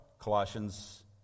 Colossians